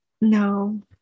No